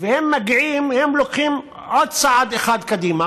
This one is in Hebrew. הם מגיעים, לוקחים עוד צעד אחד קדימה